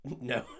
No